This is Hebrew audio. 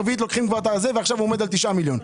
ברביעית לוקחים לו ועכשיו עומד על 9 מיליון.